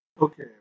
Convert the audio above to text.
Okay